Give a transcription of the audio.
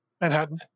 Manhattan